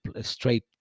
straight